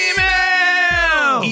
Email